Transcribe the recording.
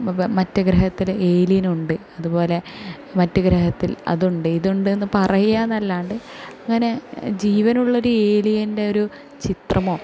മറ്റ് ഗ്രഹത്തിൽ ഏലിയൻ ഉണ്ട് അതുപോലെ മറ്റ് ഗ്രഹത്തിൽ അതുണ്ട് ഇതുണ്ട് എന്ന് പറയുക എന്നല്ലാണ്ട് അങ്ങനെ ജീവനുള്ള ഒരു ഏലിയൻ്റെ ഒരു ചിത്രമോ